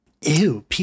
Ew